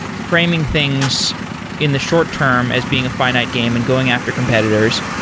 framing things in the short term as being a finite game and going after competitors,